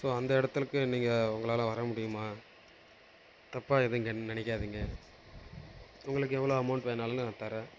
so அந்த இடத்துக்கு நீங்கள் உங்களால் வர முடியுமா தப்பாக ஏதும் கன் நினைக்காதிங்க உங்களுக்கு எவ்வளோ அமௌண்ட் வேணாலும் நான் தரேன்